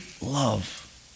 love